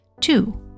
two